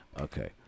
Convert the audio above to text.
Okay